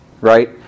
right